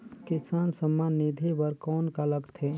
किसान सम्मान निधि बर कौन का लगथे?